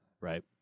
Right